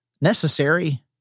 necessary